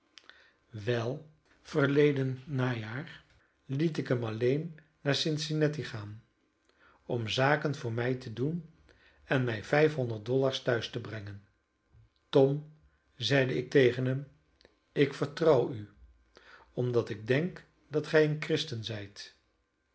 wel verleden najaar liet ik hem alleen naar cincinnati gaan om zaken voor mij te doen en mij vijfhonderd dollars tehuis te brengen tom zeide ik tegen hem ik vertrouw u omdat ik denk dat gij een christen zijt